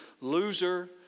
loser